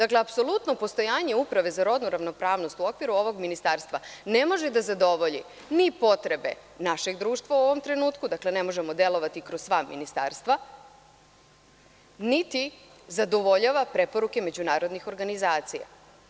Apsolutno postojanje Uprave za rodnu ravnopravnost u okviru ovog ministarstva ne može da zadovolji ni potrebe našeg društva u ovom trenutku, dakle, ne možemo delovati kroz sva ministarstva niti zadovoljava preporuke međunarodnih organizacija.